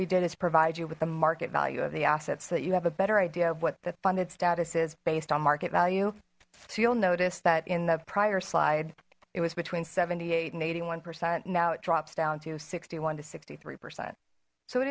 we did is provide you with the market value of the assets so that you have a better idea of what the funded status is based on market value so you'll notice that in the prior slide it was between seventy eight and eighty one percent now it drops down to sixty one to sixty three percent so